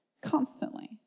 constantly